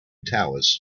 towers